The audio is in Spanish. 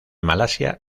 malasia